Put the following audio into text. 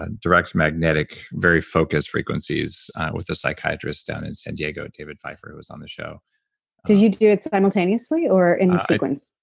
ah direct magnetic, very focused frequencies with the psychiatrists down in san diego, david pfeiffer was on the show did you do it simultaneously or in sequence?